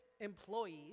employees